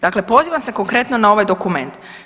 Dakle, pozivam se konkretno na ovaj dokument.